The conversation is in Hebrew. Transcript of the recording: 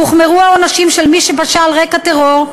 הוחמרו העונשים על מי שפשע על רקע טרור.